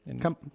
Come